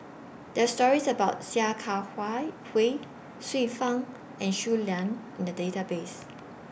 There Are stories about Sia Kah Hui Xiu Fang and Shui Lan in The Database